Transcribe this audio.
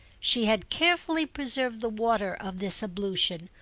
she had carefully preserved the water of this ablution,